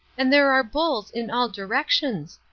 and there are bulls in all directions.